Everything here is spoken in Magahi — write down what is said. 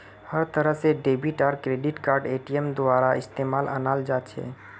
हर तरह से डेबिट आर क्रेडिट कार्डक एटीएमेर द्वारा इस्तेमालत अनाल जा छे